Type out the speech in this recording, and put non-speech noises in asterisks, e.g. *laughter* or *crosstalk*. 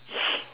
*noise*